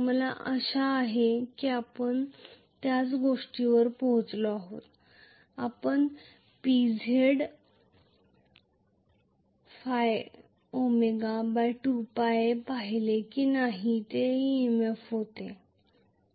मला आशा आहे की आपण त्याच गोष्टीवर पोचलो आहोत आपण PZ 2πa ϕω पाहिले की नाही तेही ईएमएफ होते